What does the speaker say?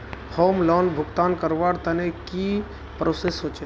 Home loan भुगतान करवार तने की की प्रोसेस होचे?